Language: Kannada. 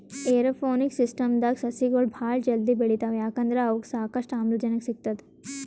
ಏರೋಪೋನಿಕ್ಸ್ ಸಿಸ್ಟಮ್ದಾಗ್ ಸಸಿಗೊಳ್ ಭಾಳ್ ಜಲ್ದಿ ಬೆಳಿತಾವ್ ಯಾಕಂದ್ರ್ ಅವಕ್ಕ್ ಸಾಕಷ್ಟು ಆಮ್ಲಜನಕ್ ಸಿಗ್ತದ್